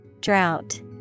Drought